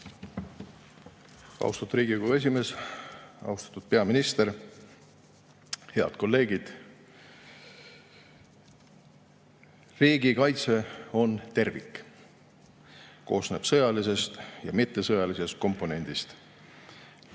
Austatud Riigikogu esimees! Austatud peaminister! Head kolleegid! Riigikaitse on tervik. See koosneb sõjalisest ja mittesõjalisest komponendist.